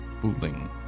Fooling